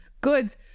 goods